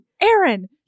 Aaron